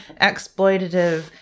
exploitative